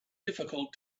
difficult